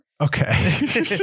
Okay